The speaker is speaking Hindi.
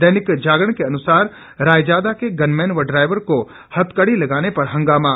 दैनिक जागरण के अनुसार रायजादा के गनमैन व ड्राइवर को हथकड़ी लगाने पर हंगामा